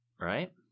Right